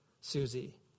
Susie